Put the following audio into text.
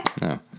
No